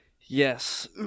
yes